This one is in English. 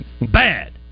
bad